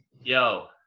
Yo